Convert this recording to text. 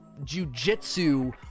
jujitsu